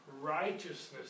righteousness